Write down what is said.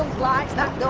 flights! that